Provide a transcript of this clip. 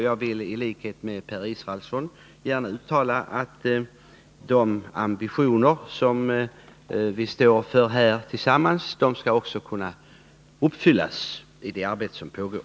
Jag vill i likhet med Per Israelsson uttala att de ambitioner som vi gemensamt står för skall komma att prägla det arbete som pågår.